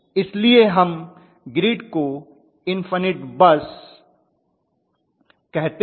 इसलिए हम ग्रिड को इन्फनिट बस कहते हैं